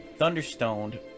Thunderstone